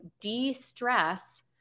de-stress